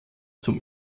zum